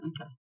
Okay